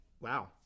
wow